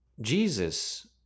Jesus